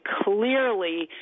clearly